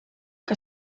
que